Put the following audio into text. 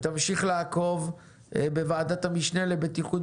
הוועדה תמשיך לעקוב בוועדת המשנה לבטיחות